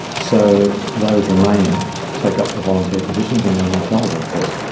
so those remaining take up the volunteer positions and they are much older of course.